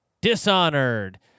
Dishonored